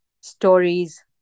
stories